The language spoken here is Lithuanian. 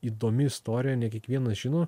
įdomi istorija ne kiekvienas žino